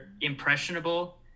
impressionable